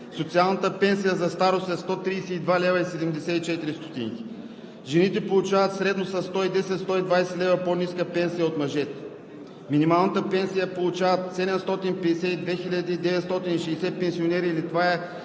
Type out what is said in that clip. социалната пенсия за старост е 132,74 лв. Жените получават средно със 110 – 120 лв. по-ниска пенсия от мъжете. Минималната пенсия получават 752 960 пенсионери,